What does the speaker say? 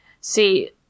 See